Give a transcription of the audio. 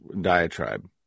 diatribe